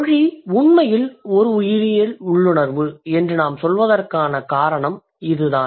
மொழி உண்மையில் ஒரு உயிரியல் உள்ளுணர்வு என்று நாம் சொல்வதற்கான காரணம் இதுதான்